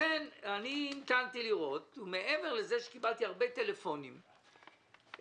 אני המתנתי לראות - קיבלתי הרבה טלפונים,